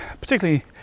particularly